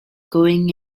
going